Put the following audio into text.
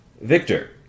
Victor